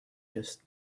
just